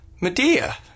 Medea